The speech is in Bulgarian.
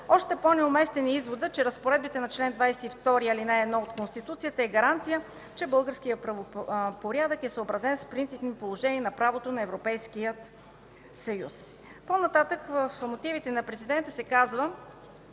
Още по-неуместен е изводът, че разпоредбите на чл. 22, ал. 1 от Конституцията е гаранция, че българският правен порядък е съобразен с принципни положения на правото на Европейския съюз. По-нататък в мотивите на Президента се казва,